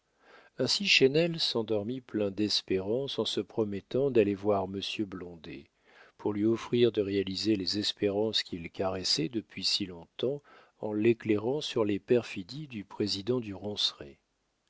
ainsi chesnel s'endormit plein d'espérance en se promettant d'aller voir monsieur blondet pour lui offrir de réaliser les espérances qu'il caressait depuis si long-temps en l'éclairant sur les perfidies du président du